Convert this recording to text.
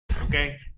Okay